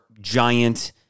giant